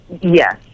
Yes